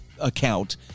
account